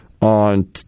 on